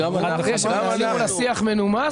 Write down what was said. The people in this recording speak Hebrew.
לוודא שהשיח מנומס.